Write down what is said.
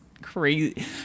Crazy